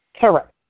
Correct